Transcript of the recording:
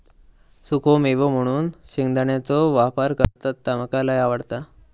सुखो मेवो म्हणून शेंगदाण्याचो वापर करतत ता मका लय आवडता